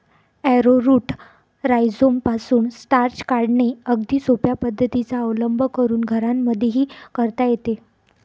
arrowroot राईझोमपासून starch काढणे अगदी सोप्या पद्धतीचा अवलंब करून घरांमध्येही करता येते